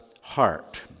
heart